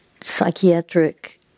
psychiatric